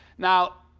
now,